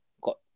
got